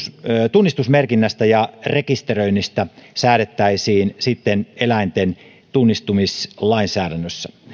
tunnistusmerkinnästä ja rekisteröinnistä säädettäisiin eläinten tunnistamislainsäädännössä